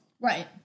Right